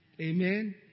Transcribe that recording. Amen